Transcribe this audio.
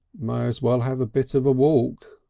may as well have a bit of a walk,